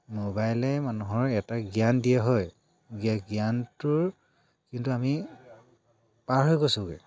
মোবাইলে মানুহৰ এটা জ্ঞান দিয়া হয় জ্ঞ জ্ঞানটোৰ কিন্তু আমি পাৰ হৈ গৈছোঁগৈ